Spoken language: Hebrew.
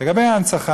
לגבי ההנצחה.